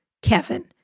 Kevin